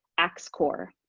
axe-core.